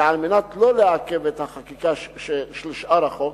ועל מנת לא לעכב את חקיקת שאר החוק,